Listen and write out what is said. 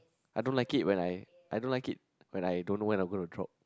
I don't like it when I I don't like when I don't know when I'm gonna choke